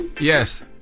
Yes